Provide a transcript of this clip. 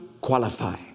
qualify